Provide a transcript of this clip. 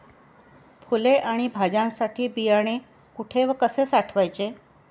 फुले आणि भाज्यांसाठी बियाणे कुठे व कसे साठवायचे?